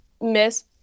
miss